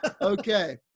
okay